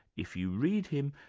if you read him,